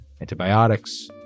antibiotics